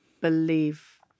believe